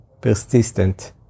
persistent